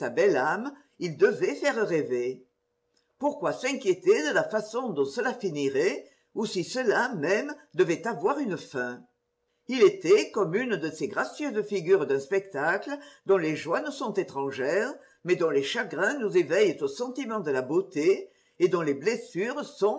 il devait faire rêver pourquoi s'inquiéter de la façon dont cela finirait ou si cela même devait avoir une fin il était comme une de ces gracieuses figures d'un spectacle dont les joies nous sont étrangères mais dont les chagrins nous éveillent au sentiment de la beauté et dont les blessures